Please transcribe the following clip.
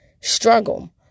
struggle